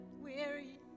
weary